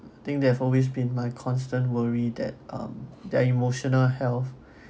I think they have always been my constant worry that um their emotional health